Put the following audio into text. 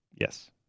Yes